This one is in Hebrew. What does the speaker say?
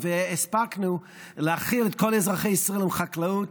והספקנו להאכיל את כל אזרחי ישראל עם חקלאות